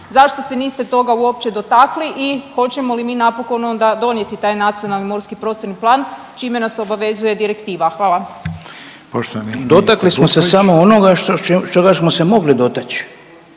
Zašto se niste toga uopće dotakli i hoćemo li napokon onda donijeti taj nacionalni morski prostorni plan čime nas obavezuje direktiva? Hvala. **Reiner, Željko (HDZ)** Poštovani